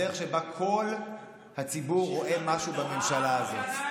הדרך שבה כל הציבור רואה משהו בממשלה הזאת,